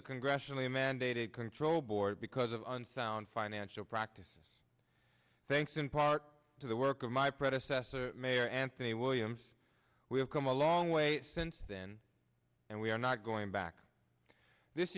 the congressionally mandated control board because of unsound financial practices thanks in part to the work of my predecessor mayor anthony williams we have come a long way since then and we are not going back this